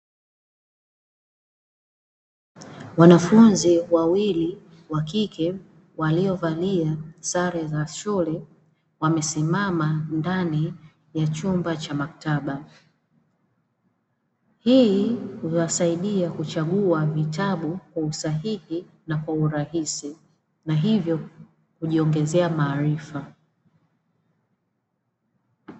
Wanafunzi wawili wa kike waliovalia sare za shule, wamesimama ndani ya chumba cha maktaba. Hii huwasaidia kuchagua vitabu kwausahihi kwa urahisi na hivyo kujiongezea maarifa.